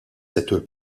settur